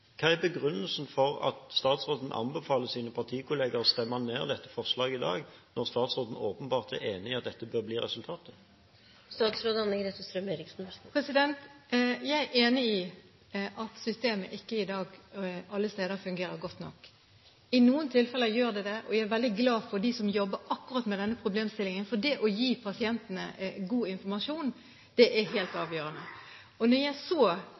Hva er begrunnelsen for at statsråden anbefaler sine partikollegaer å stemme ned dette forslaget i dag, når statsråden åpenbart er enig i at dette bør blir resultatet? Jeg er enig i at systemet ikke alle steder fungerer godt nok i dag. I noen tilfeller gjør det det, og jeg er veldig glad for dem som jobber akkurat med denne problemstillingen, for det å gi pasientene god informasjon er helt avgjørende. Når jeg så